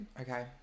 Okay